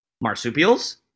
marsupials